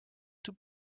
tout